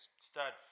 Stud